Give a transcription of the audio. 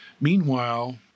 Meanwhile